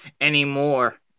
anymore